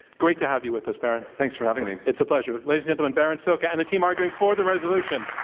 great to have you with us, berin. thanks for having me. it's a pleasure. ladies and gentlemen, berin szoka and the team arguing for the resolution.